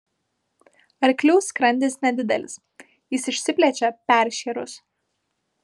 arklių skrandis nedidelis jis išsiplečia peršėrus